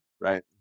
right